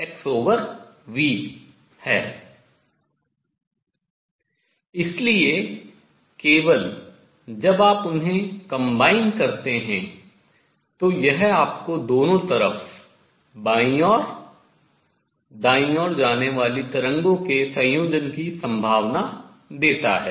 इसलिए केवल जब आप उन्हें combine संयोजित करतें हैं तो यह आपको दोनों तरफ बाईं ओर दाईं ओर जाने वाली तरंगों के संयोजन की संभावना देता है